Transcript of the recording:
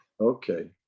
Okay